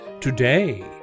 Today